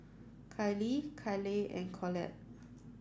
Kylee Kyleigh and Collette